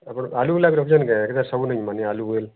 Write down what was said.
ତା'ପରେ ଆଳୁ ଗୁଲାକ ରଖିଯାନି କେ ଇଧର ସବୁଦିନ ଆଳୁ ବୋଇଲେ